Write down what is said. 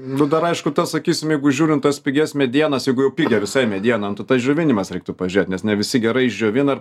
nu dar aišku tas sakysim jeigu žiūrint tas pigias medienas jeigu jau pigią visai medieną nu tai tas džiovinimas reiktų pažiūrėt nes ne visi gerai išdžiovina ir